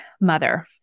mother